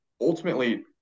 ultimately